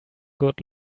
good